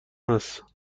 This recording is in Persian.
هست